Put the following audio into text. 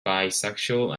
bisexual